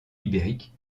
ibérique